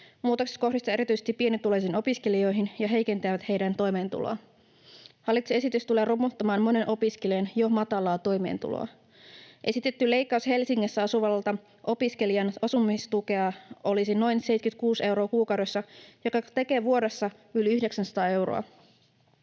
Muutokset kohdistuvat erityisesti pienituloisiin opiskelijoihin ja heikentävät heidän toimeentuloaan. Hallituksen esitys tulee romuttamaan monen opiskelijan jo matalaa toimeentuloa. Esitetty leikkaus Helsingissä asuvan opiskelijan asumistuesta olisi noin 76 euroa kuukaudessa, joka tekee vuodessa yli 900 euroa.